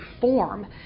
form